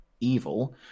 evil